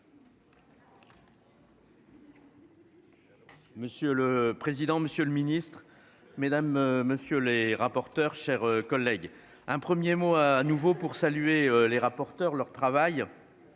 Monsieur le président, Monsieur le Ministre, Mesdames, messieurs les rapporteurs chers collègues un 1er mot à nouveau pour saluer les rapporteurs leur travail.